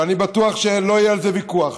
ואני בטוח שלא יהיה על זה ויכוח,